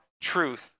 truth